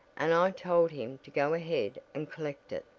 and i told him to go ahead and collect it!